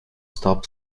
stop